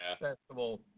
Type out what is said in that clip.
Festival